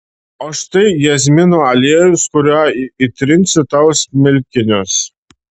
o štai jazminų aliejus kuriuo įtrinsiu tau smilkinius